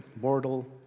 mortal